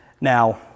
Now